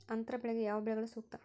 ಅಂತರ ಬೆಳೆಗೆ ಯಾವ ಬೆಳೆಗಳು ಸೂಕ್ತ?